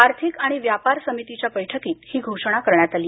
आर्थिक आणि व्यापार समितीच्या बैठकीत ही घोषणा करण्यात आली